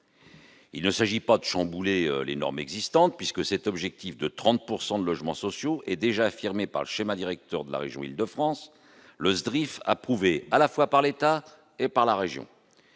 Il ne s'agit pas de chambouler les normes existantes, puisque cet objectif de 30 % de logements sociaux est déjà inscrit dans le schéma directeur de la région Île-de-France, le SDRIF, approuvé à la fois par l'État et par la région.